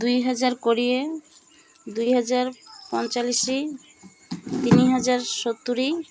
ଦୁଇହଜାର କୋଡ଼ିଏ ଦୁଇହଜାର ପଁଇଚାଳିଶି ତିନିହଜାର ସତୁୁରି